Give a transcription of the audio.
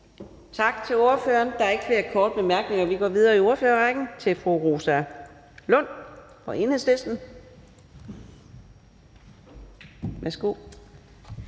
Tak til ordføreren. Der er ikke flere korte bemærkninger. Vi går videre i ordførerrækken til hr. Lars Arne Christensen